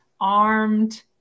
armed